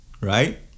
Right